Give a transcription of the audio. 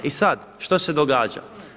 I sada što se događa?